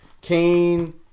Cain